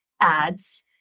ads